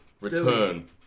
Return